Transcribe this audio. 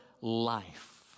life